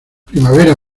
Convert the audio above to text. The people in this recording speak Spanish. primavera